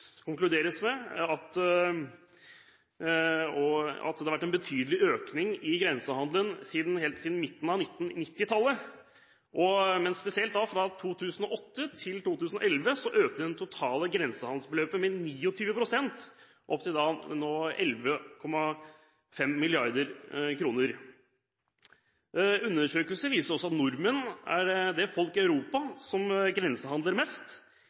konkluderes med: «Det har vært en betydelig økning i grensehandel siden midten på 1990-tallet. Fra 2008 til 2011 økte det totale grensehandelbeløpet med 29 % til 11,5 milliarder Undersøkelser viser at nordmenn er det folk i Europa som grensehandler mest.